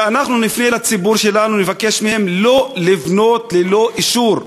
שאנחנו נפנה לציבור שלנו ונבקש מהם לא לבנות ללא אישור,